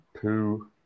two